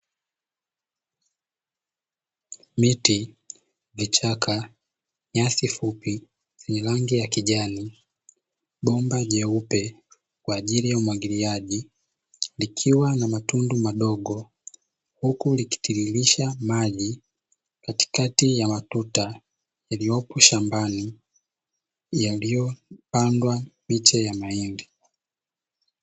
Miti, vichaka, nyasi fupi zenye rangi ya kijani, bomba jeupe kwa ajili ya umwagiliaji. Vikiwa na matundu madogo, huku likitiririsha maji katikati ya matuta yaliyopo shambani. Yaliyo pangwa miche ya mahindi.